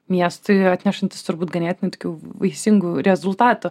miestui atnešantis turbūt ganėtinai tokių vaisingų rezultatų